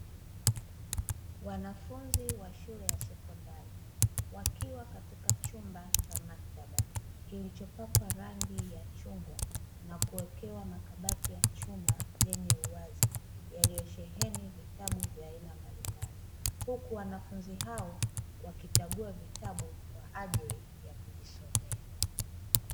Wanafunzi wa shule ya sekondari, wakiwa katika chumba cha maktaba, kilichopakwa rangi ya chungwa na kuwekewa makabati ya chuma yenye uwazi yaliyosheheni vitabu vya aina mbalimbali. Huku wanafunzi hao wakichagua vitabu kwa ajili ya kujisomea.